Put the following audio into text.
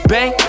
Bang